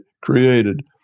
created